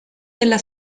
della